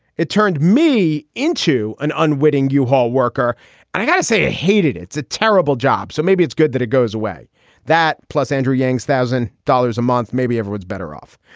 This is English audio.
it turned me into an unwitting yeah u-haul worker i got to say i ah hated. it's a terrible job, so maybe it's good that it goes away that plus andrew yangs. thousand dollars a month. maybe everyone's better off.